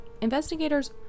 Investigators